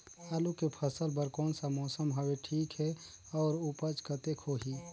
आलू के फसल बर कोन सा मौसम हवे ठीक हे अउर ऊपज कतेक होही?